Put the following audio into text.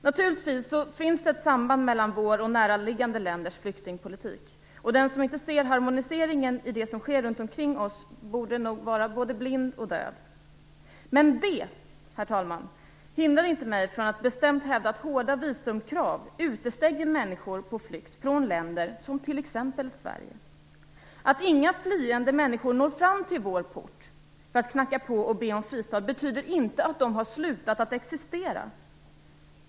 Naturligtvis finns det ett samband mellan vår och näraliggande länders flyktingpolitik, och den som inte ser harmoniseringen i det som sker runt omkring oss torde vara både blind och döv. Men det, herr talman, hindrar inte mig från att bestämt hävda att hårda visumkrav utestänger människor på flykt från länder som t.ex. Sverige. Att inga flyende människor når fram till vår port för att knacka på och be om fristad betyder inte att de har slutat existera.